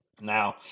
Now